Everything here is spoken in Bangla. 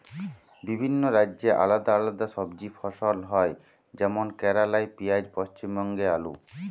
বিভিন্ন রাজ্যে আলদা আলদা সবজি ফসল হয় যেমন কেরালাই পিঁয়াজ, পশ্চিমবঙ্গে আলু